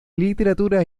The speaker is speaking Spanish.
literatura